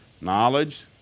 Knowledge